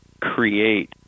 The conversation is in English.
create